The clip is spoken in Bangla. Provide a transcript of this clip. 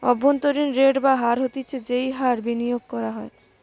অভ্যন্তরীন রেট বা হার হতিছে যেই হার বিনিয়োগ করা হয়